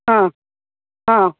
हा हा